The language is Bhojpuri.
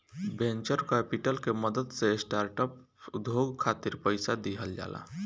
वेंचर कैपिटल के मदद से स्टार्टअप उद्योग खातिर पईसा दिहल जाला